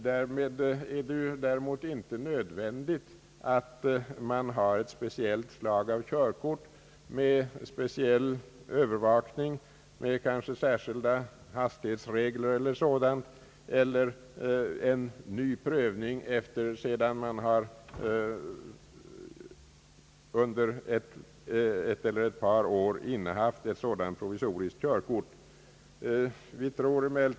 Däremot är det inte nödvändigt att det finns ett speciellt slag av körkort med speciell övervakning och kanske med speciella hastighetsregler eller någonting sådant eller en ny prövning efter det att vederbörande under ett eller ett par år innehaft ett sådant provisoriskt körkort.